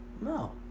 No